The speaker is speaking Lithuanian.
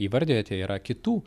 įvardijote yra kitų